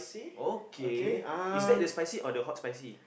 okay is that the spicy or the hot spicy